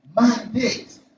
mandate